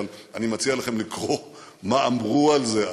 אבל אני מציע לכם לקרוא מה אמרו על זה אז,